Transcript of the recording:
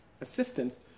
assistance